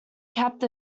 capped